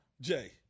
Jay